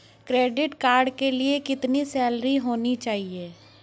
Credit card के लिए कितनी सैलरी होनी चाहिए?